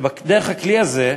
ודרך הכלי הזה,